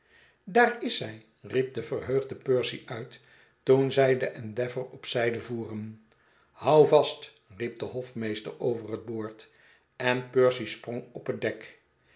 daar is zij i riep de verheugde percy uit toen zij de endeavour op zijde voeren hou vast riep de hofmeester over het boord en percy sprong op het dek